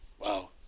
Wow